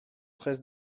treize